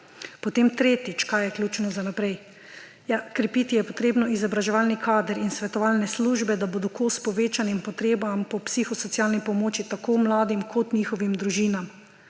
Potem tretjič – kaj je ključno za naprej? Ja, krepiti je potrebno izobraževalni kader in svetovalne službe, da bodo kos povečanim potrebam po psihosocialni pomoči tako mladim kot njihovim družinam.